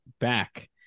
back